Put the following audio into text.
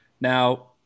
Now